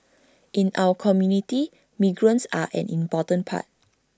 in our community migrants are an important part